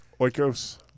Oikos